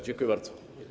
Dziękuję bardzo.